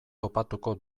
topatuko